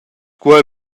quei